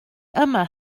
yma